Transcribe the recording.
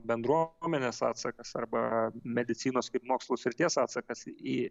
bendruomenės atsakas arba medicinos kaip mokslo srities atsakas į